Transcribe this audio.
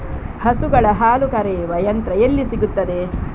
ಹಸುಗಳ ಹಾಲು ಕರೆಯುವ ಯಂತ್ರ ಎಲ್ಲಿ ಸಿಗುತ್ತದೆ?